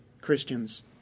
Christians